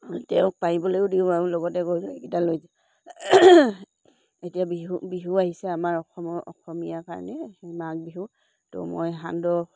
তেওঁক পাৰিবলেও দিওঁ আৰু লগতে গৈ এইকেইটা লৈ যা এতিয়া বিহু বিহু আহিছে আমাৰ অসমৰ অসমীয়া কাৰণে মাঘ বিহু তো মই সান্দহ